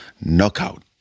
knockout